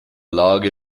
lage